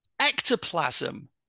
ectoplasm